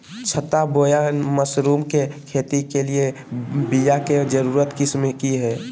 छत्ता बोया मशरूम के खेती के लिए बिया के उन्नत किस्म की हैं?